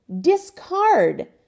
Discard